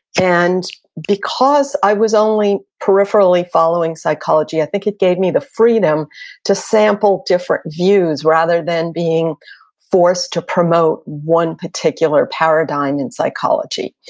and because i was only peripherally following psychology, i think it gave me the freedom to sample different views rather than being forced to promote one particular paradigm in psychology.